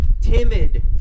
timid